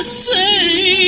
say